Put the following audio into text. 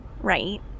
Right